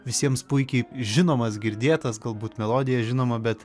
visiems puikiai žinomas girdėtas galbūt melodija žinoma bet